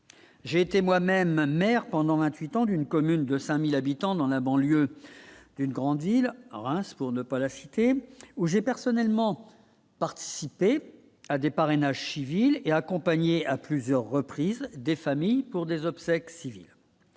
J'ai été moi-même maire pendant 28 ans, d'une commune de 5000 habitants dans la banlieue d'une grande île à Reims pour ne pas la citer, où j'ai personnellement participé à des parrainages civil et accompagné à plusieurs reprises des familles pour des obsèques civiles.